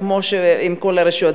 כמו בכל הרשויות?